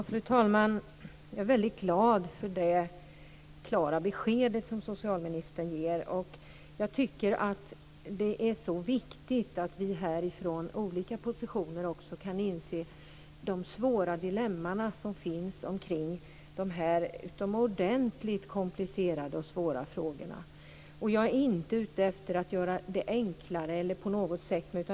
Fru talman! Jag är väldigt glad för det klara beskedet som socialministern ger. Det är viktigt att vi från olika positioner kan inse de svåra dilemman som finns kring dessa utomordentligt svåra och komplicerade frågor. Jag är inte ute efter att göra det enklare.